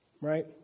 right